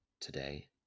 today